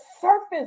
surface